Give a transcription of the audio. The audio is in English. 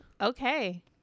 Okay